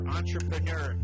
entrepreneur